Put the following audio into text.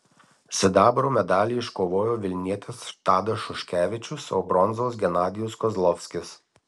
sidabro medalį iškovojo vilnietis tadas šuškevičius o bronzos genadijus kozlovskis